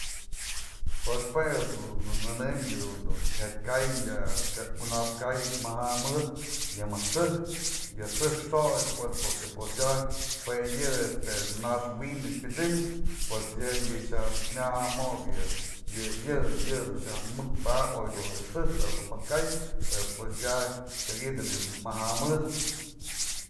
Pues jue ejt's dun nënëm yë dun je ka'ay ya kuna'ax ka'ay maja'a mëdë yë mëjk xë'ëjk, yë xë'ëjk xo'ox porque pues ya jue yë este naxwi'in yë pyët'sëm, pues yë myaja'a mob yë, yë-yë-yë dun xa'aj mëk maja padap oy naj jakë xë'ëjk du ma ka'ay, pues ya xyak ydëp yë maja'a mëdë.